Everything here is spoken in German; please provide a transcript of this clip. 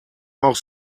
auch